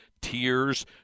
tears